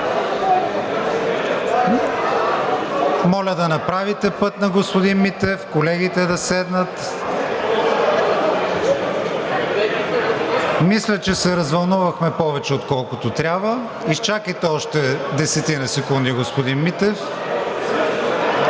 Моля да направите път на господин Митев, колегите да седнат. Мисля, че се развълнувахме повече, отколкото трябва. Изчакайте още десетина секунди, господин Митев. Нищо